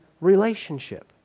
relationship